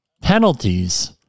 penalties